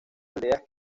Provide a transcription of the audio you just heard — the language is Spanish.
aldeas